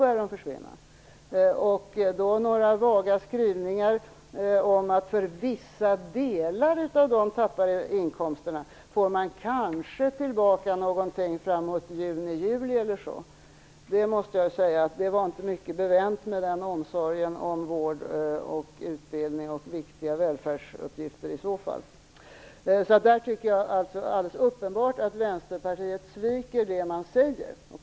Vänsterpartiet har några vaga skrivningar om att man för vissa delar av de förlorade inkomsterna kanske får tillbaka någonting framåt juni eller juli. Därför måste jag säga att det inte var mycket bevänt med omsorgen om vård, utbildning och viktiga välfärdsuppgifter. Det är alldeles uppenbart att Vänsterpartiet sviker vad de säger.